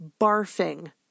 barfing